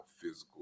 physical